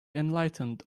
enlightened